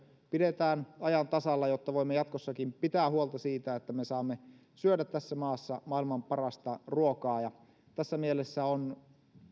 pidetään ajan tasalla jotta voimme jatkossakin pitää huolta siitä että me saamme syödä tässä maassa maailman parasta ruokaa tässä mielessä on